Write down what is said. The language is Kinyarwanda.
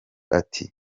ati